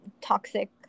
toxic